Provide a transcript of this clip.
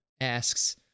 asks